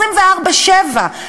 24/7,